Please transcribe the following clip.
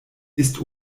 ist